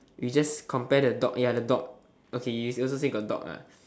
we just compare the dog ya the dog okay you also say got dog ah